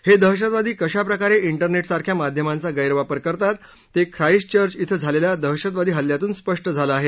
हे दहशतवादी कशा प्रकारे िठरनेट सारख्या माध्यमांचा गैरवापर करतात ते ख्राईस्ट चर्च िं झालेल्या दहशतवादी हल्ल्यातून स्पष्ट झालं आहे